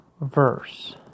verse